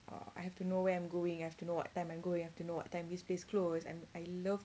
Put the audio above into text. I have to know where I'm going I have to know what time I'm going I have to know what time this place close I I love